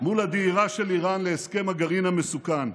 מול הדהירה של איראן להסכם הגרעין המסוכן.